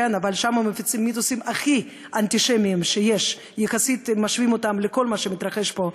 מפיצים את המיתוסים הכי אנטישמיים שיש כשמשווים אותם לכול מה שמתרחש פה,